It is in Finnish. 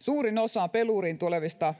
suurin osa peluuriin tulevista